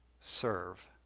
serve